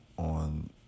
On